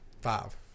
five